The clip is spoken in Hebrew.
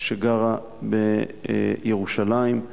שגרה בירושלים.